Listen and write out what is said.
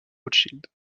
rothschild